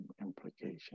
implication